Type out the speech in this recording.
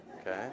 okay